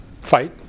fight